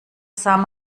sah